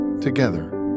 together